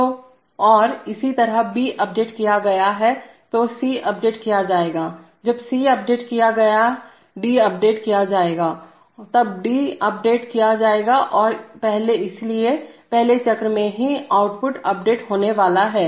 तो और इसी तरह जब B अपडेट किया गया है तो C अपडेट किया जाएगा जब C अपडेट किया गया डी अपडेट किया जाएगा तब D अपडेट किया जाएगा और इसलिए पहले चक्र में ही आउटपुट अपडेट होने वाला है